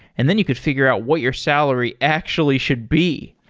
and then you could figure out what your salary actually should be.